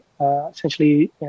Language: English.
essentially